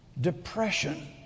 depression